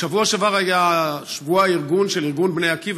בשבוע שעבר היה שבוע הארגון של בני עקיבא,